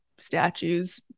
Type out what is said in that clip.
statues